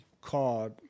called